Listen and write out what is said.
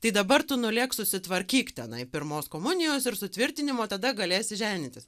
tai dabar tu nulėk susitvarkyk tenai pirmos komunijos ir sutvirtinimo tada galės ženytis